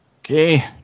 okay